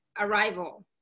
Arrival